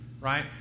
right